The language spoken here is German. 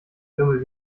lümmel